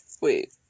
Wait